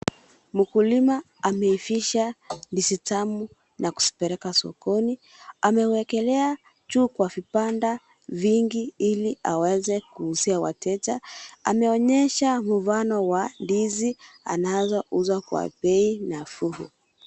Mkulima ameivisha ndizi tamu na kuzipeleka sokoni. Amewekelea juu kwa vibanda vingi ili aweze kuuzia wateja. Ameonyesha mfano wa ndizi anazouza kwa bei nafuu.